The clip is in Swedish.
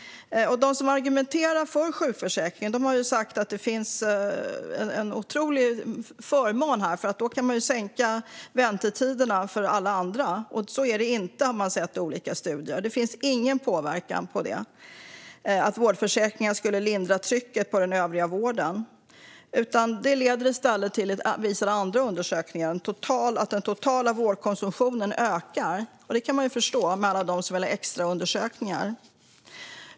De som argumenterar för sjukförsäkringar säger att det finns en otrolig förmån i detta, eftersom man då kan minska väntetiderna för alla andra. Så ligger det inte till, vilket har visat sig i olika studier. Det finns ingen påverkan på detta, det vill säga att vårdförsäkringar skulle lindra trycket på den övriga vården. I stället visar andra undersökningar att den totala vårdkonsumtionen ökar, vilket man kan förstå i och med alla de som vill ha extraundersökningar.